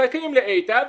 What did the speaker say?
מחייכים לאיתן,